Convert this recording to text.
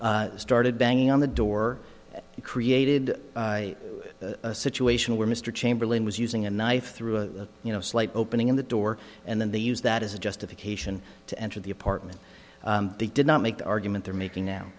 leave started banging on the door and created a situation where mr chamberlain was using a knife through a you know slight opening in the door and then they use that as a justification to enter the apartment they did not make the argument they're making now